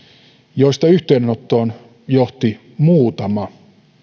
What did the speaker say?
joista yhteydenottoon johti muutama